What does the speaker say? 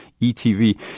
ETV